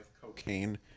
cocaine